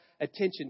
attention